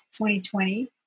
2020